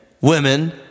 women